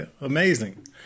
Amazing